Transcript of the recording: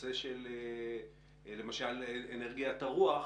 הנושא של אנרגיית הרוח,